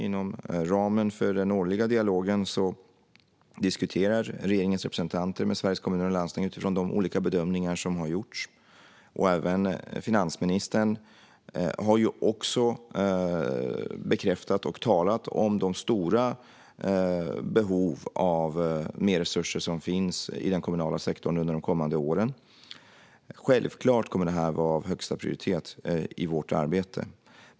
Inom ramen för den årliga dialogen diskuterar regeringens representanter med Sveriges Kommuner och Landsting utifrån de olika bedömningar som har gjorts. Även finansministern har bekräftat och talat om den kommunala sektorns stora behov av mer resurser under de kommande åren. Självklart kommer det här att vara av högsta prioritet i vårt arbete.